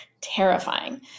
terrifying